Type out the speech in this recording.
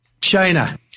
China